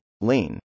Lane